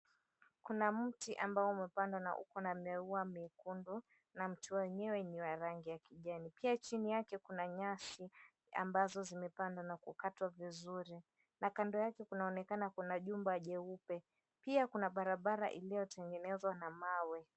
Kuna mti ambao umepandwa na uko na maua mekundu na mti wenyewe ni wa rangi ya kijani chini yake kuna nyasi ambazo zimepandwa na kukatwa vizuri na kando yake kuna onekana kuna jumba jeupe pia kuna barabara iliyotegenezwa na mawe.